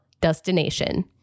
destination